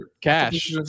cash